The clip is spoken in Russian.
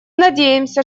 надеемся